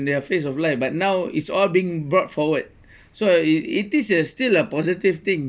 their phase of life but now it's all being brought forward so it is a still a positive thing